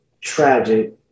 Tragic